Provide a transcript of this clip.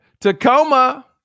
Tacoma